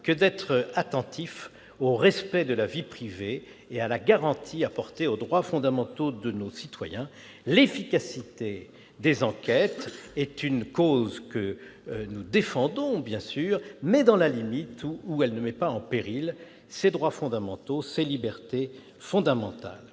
que d'être attentif au respect de la vie privée et à la garantie des droits fondamentaux de nos citoyens. L'efficacité des enquêtes est une cause que nous défendons dans la limite où elle ne met pas en péril les droits fondamentaux et les libertés fondamentales.